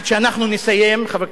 חבר הכנסת ברכה ואני,